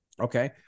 okay